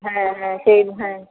ᱦᱮᱸ ᱦᱮᱸ ᱥᱮᱭ ᱦᱮᱸ